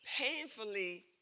Painfully